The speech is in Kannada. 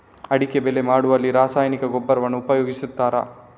ಅಡಿಕೆ ಬೆಳೆ ಮಾಡುವಲ್ಲಿ ರಾಸಾಯನಿಕ ಗೊಬ್ಬರವನ್ನು ಉಪಯೋಗಿಸ್ತಾರ?